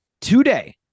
today